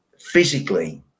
physically